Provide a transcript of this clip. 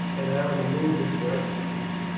and how the movements were executed,